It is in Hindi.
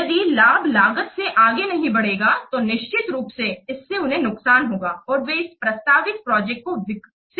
यदि लाभ लागत से आगे नहीं बढ़ेगा तो निश्चित रूप से इससे उन्हें नुकसान होगा और वे इस प्रस्तावित प्रोजेक्ट को विकसित करने के लिए नहीं जाएंगे